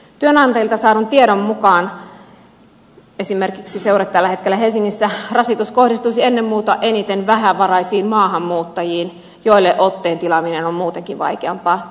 työnantajilta saadun tiedon mukaan esimerkiksi seure tällä hetkellä helsingissä rasitus kohdistuisi ennen muuta eniten vähävaraisiin maahanmuuttajiin joille otteen tilaaminen on muutenkin vaikeampaa